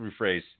rephrase